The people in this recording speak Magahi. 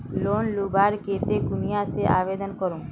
लोन लुबार केते कुनियाँ से आवेदन करूम?